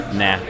nah